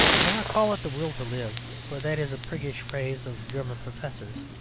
will not call it the will to live, for that is a priggish phrase of german professors.